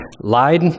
lied